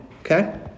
okay